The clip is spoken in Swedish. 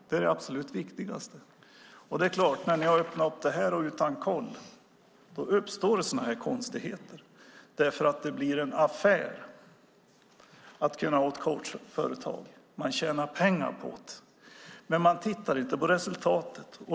Det är det absolut viktigaste. Eftersom ni öppnat upp för detta och gjort det utan kontroll uppstår konstigheter. Det blir nämligen en affär att ha ett coachföretag. Man tjänar pengar på det, men man tittar inte på resultatet.